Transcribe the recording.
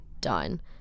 done